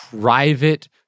private